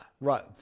right